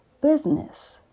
business